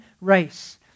race